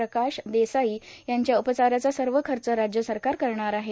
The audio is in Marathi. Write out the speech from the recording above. प्रकाश देसाई यांच्या उपचाराचा सर्व खर्च राज्य सरकार करणार आहे